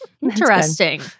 Interesting